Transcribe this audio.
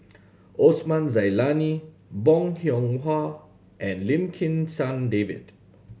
Osman Zailani Bong Hiong Hwa and Lim Kim San David